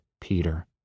Peter